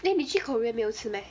eh 你去 korea 没有吃 meh